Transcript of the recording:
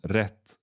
rätt